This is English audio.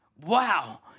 Wow